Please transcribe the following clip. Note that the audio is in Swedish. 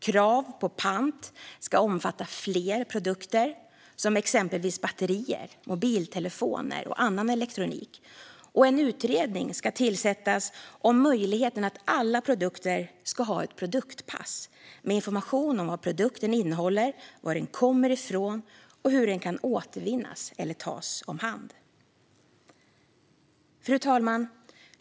Krav på pant ska omfatta fler produkter, som exempelvis batterier, mobiltelefoner och annan elektronik. En utredning ska tillsättas om möjligheten att alla produkter ska ha ett produktpass med information om vad produkten innehåller, var den kommer ifrån och hur den kan återvinnas eller tas om hand. Fru talman!